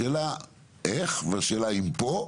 שאלה איך והשאלה אם פה.